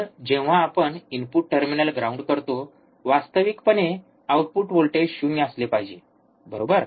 तर जेव्हा आपण इनपुट टर्मिनल ग्राउंड करतो वास्तविकपणे आउटपुट व्होल्टेज शून्य असले पाहिजे बरोबर